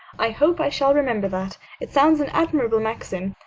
i hope i shall remember that. it sounds an admirable maxim.